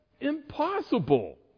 impossible